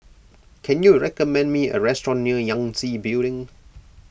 can you recommend me a restaurant near Yangtze Building